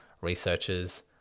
researchers